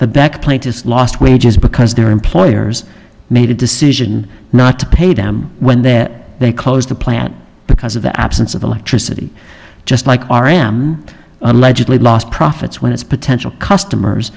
has lost wages because their employers made a decision not to pay them when their they closed the plant because of the absence of electricity just like r m allegedly lost profits when its potential customers